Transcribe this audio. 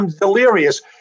delirious